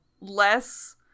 less